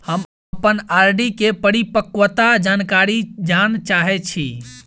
हम अप्पन आर.डी केँ परिपक्वता जानकारी जानऽ चाहै छी